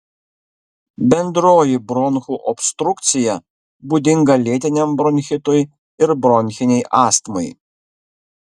bendroji bronchų obstrukcija būdinga lėtiniam bronchitui ir bronchinei astmai